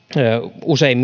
usein